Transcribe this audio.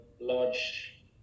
large